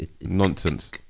Nonsense